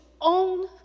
own